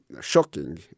shocking